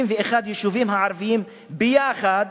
21 היישובים הערביים יחד